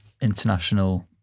international